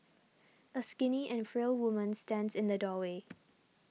a skinny and frail woman stands in the doorway